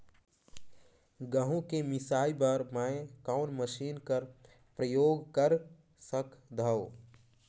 गहूं के मिसाई बर मै कोन मशीन कर प्रयोग कर सकधव?